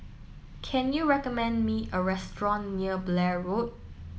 can you recommend me a restaurant near Blair Road